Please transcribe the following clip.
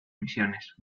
misiones